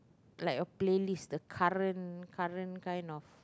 like a playlist the current current kind of